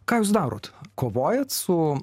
ką jūs darot kovojat su